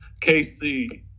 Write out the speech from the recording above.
KC